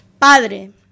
Padre